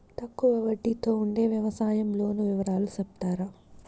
తక్కువ వడ్డీ తో ఉండే వ్యవసాయం లోను వివరాలు సెప్తారా?